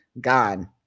Gone